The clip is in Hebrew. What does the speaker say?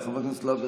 חבר הכנסת סעדי,